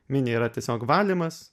mini yra tiesiog valymas